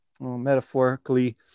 metaphorically